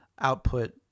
output